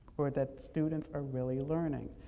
or that students are really learning.